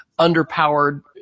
underpowered